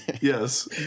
yes